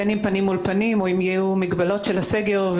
אם יהיו מגבלות של הסגר,